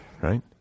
right